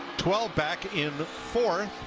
twelve back in the fourth.